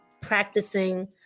practicing